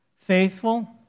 Faithful